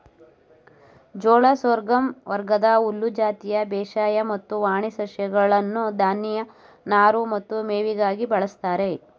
ಜೋಳ ಸೋರ್ಗಮ್ ವರ್ಗದ ಹುಲ್ಲು ಜಾತಿಯ ಬೇಸಾಯ ಮತ್ತು ವಾಣಿ ಸಸ್ಯಗಳನ್ನು ಧಾನ್ಯ ನಾರು ಮತ್ತು ಮೇವಿಗಾಗಿ ಬಳಸ್ತಾರೆ